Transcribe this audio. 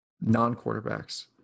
Non-quarterbacks